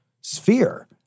sphere